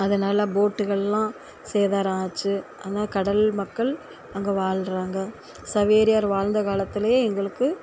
அதனால் போட்டுகள்லாம் சேதாரம் ஆச்சு ஆனால் கடல் மக்கள் அங்கே வாழ்றாங்க சவேரியார் வாழ்ந்த காலத்துலேயே எங்களுக்கு